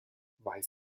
weiß